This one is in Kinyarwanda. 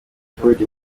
evode